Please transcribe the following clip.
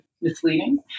misleading